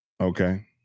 Okay